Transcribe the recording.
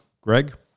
Greg